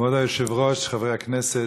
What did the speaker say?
כבוד היושב-ראש, חברי הכנסת,